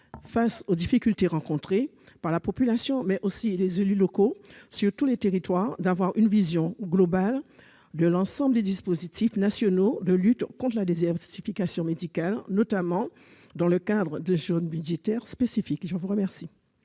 face aux difficultés rencontrées par la population, mais aussi par les élus locaux sur tous les territoires, d'avoir une vision globale de l'ensemble des dispositifs nationaux de lutte contre la désertification médicale, notamment dans le cadre d'un « jaune budgétaire » spécifique. Quel